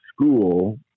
school